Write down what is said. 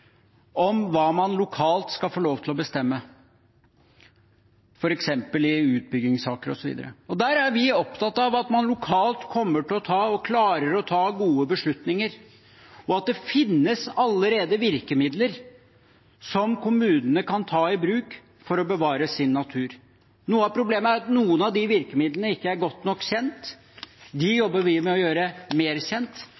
om hva man skal få lov til å bestemme lokalt, f.eks. i utbyggingssaker osv. Der er vi opptatt av at man lokalt kommer til å ta, og klarer å ta, gode beslutninger, og at det allerede finnes virkemidler som kommunene kan ta i bruk for å bevare sin natur. Noe av problemet er at noen av virkemidlene er ikke godt nok kjent.